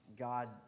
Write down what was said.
God